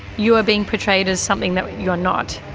you are being portrayed as something that you are not.